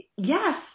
Yes